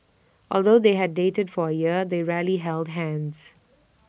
although they had dated for A year they rarely held hands